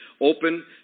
open